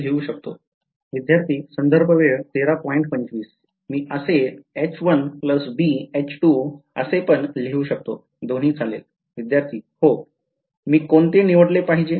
लिहू शकतो मी असे पण लिहू शकतो दोन्ही चालेल विध्यार्ती हो मी कोणते निवडले पाहिजे